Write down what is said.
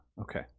Okay